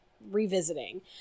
revisiting